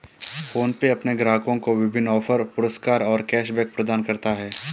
PhonePe अपने ग्राहकों को विभिन्न ऑफ़र, पुरस्कार और कैश बैक प्रदान करता है